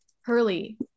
Hurley